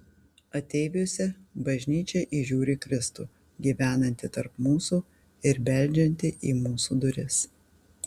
ateiviuose bažnyčia įžiūri kristų gyvenantį tarp mūsų ir beldžiantį į mūsų duris